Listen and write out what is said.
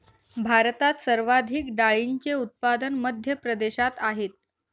भारतात सर्वाधिक डाळींचे उत्पादन मध्य प्रदेशात आहेत